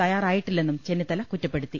തയ്യാറായിട്ടില്ലെന്നും ചെന്നിത്തല കുറ്റ പ്പെടുത്തി